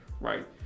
Right